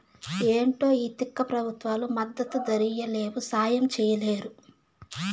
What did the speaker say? ఏంటో ఈ తిక్క పెబుత్వాలు మద్దతు ధరియ్యలేవు, సాయం చెయ్యలేరు